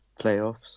playoffs